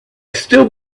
still